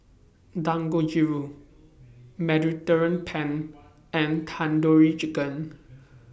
Dangojiru Mediterranean Penne and Tandoori Chicken